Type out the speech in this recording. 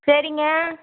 சரிங்க